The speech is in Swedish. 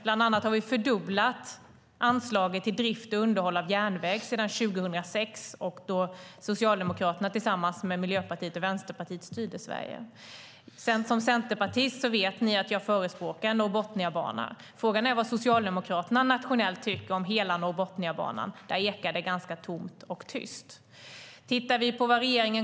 Vi har fördubblat anslaget till drift och underhåll av järnväg sedan 2006, när Socialdemokraterna styrde Sverige tillsammans med Miljöpartiet och Vänsterpartiet. Ni vet att jag som centerpartist förespråkar Norrbotniabanan. Frågan är vad Socialdemokraterna tycker om hela Norrbotniabanan. Där ekar det ganska tomt och tyst.